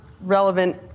relevant